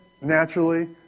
naturally